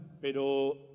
Pero